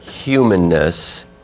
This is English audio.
humanness